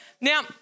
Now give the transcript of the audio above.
Now